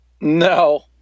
No